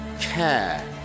care